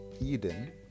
Eden